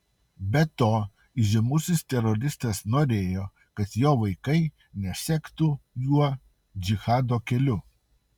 be to įžymusis teroristas norėjo kad jo vaikai nesektų juo džihado keliu